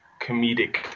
comedic